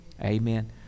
Amen